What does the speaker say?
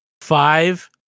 five